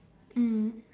mm